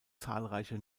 zahlreiche